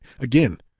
again